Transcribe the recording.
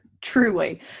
truly